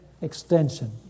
extension